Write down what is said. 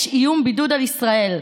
יש איום בידוד על ישראל,